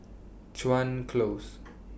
Chuan Close